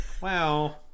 wow